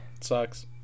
sucks